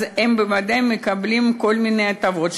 הם בוודאי מקבלים כל מיני הטבות,